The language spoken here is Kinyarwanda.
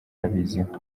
abiziho